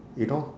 you know